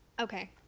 Okay